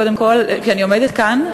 קודם כול, כשאני עומדת כאן,